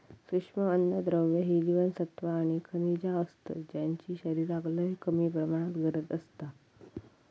सूक्ष्म अन्नद्रव्य ही जीवनसत्वा आणि खनिजा असतत ज्यांची शरीराक लय कमी प्रमाणात गरज असता